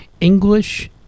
English